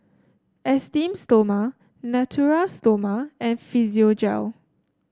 Esteem Stoma Natura Stoma and Physiogel